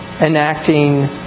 enacting